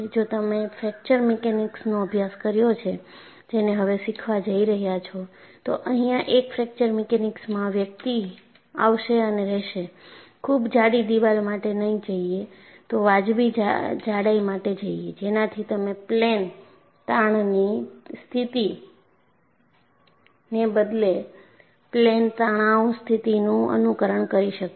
જો તમે ફ્રેક્ચર મિકેનિક્સનો અભ્યાસક્રમ કર્યો છે જેને હવે શીખવા જઈ રહ્યા છો તો અહિયાં એક ફ્રેક્ચર મિકેનિક્સમાં વ્યક્તિ આવશે અને કહેશે ખૂબ જાડી દિવાલ માટે ન જઈએ તો વાજબી જાડાઈ માટે જઈએ જેનાથી તમે પ્લેન તાણની સ્થિતિને બદલે પ્લેન તણાવ સ્થિતિનું અનુકરણ કરી શકીએ